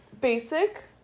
basic